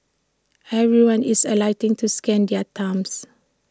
everyone is alighting to scan their thumbs